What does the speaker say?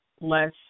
less –